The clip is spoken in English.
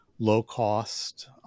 Low-cost